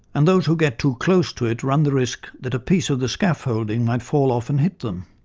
and those who get too close to it run the risk that a piece of the scaffolding might fall off and hit them.